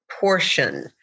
portion